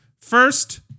First